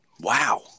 Wow